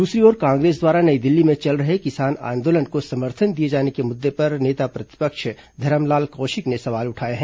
दूसरी ओर कांग्रेस द्वारा नई दिल्ली में चल रहे किसान आंदोलन को समर्थन दिए जाने के मुद्दे पर नेता प्रतिपक्ष धरमलाल कौशिक ने सवाल उठाए हैं